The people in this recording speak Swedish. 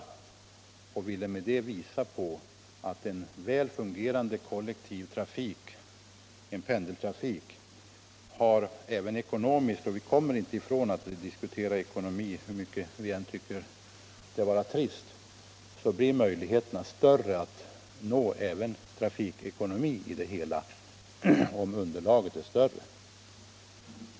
Med det ville jag visa på att en även ekonomiskt väl fungerande kollektiv pendeltrafik — vi kommer inte ifrån att diskutera ekonomi, hur trist vi än tycker att det är — blir lättare att åstadkomma om underlaget är större.